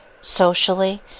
socially